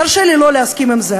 תרשה לי לא להסכים לזה.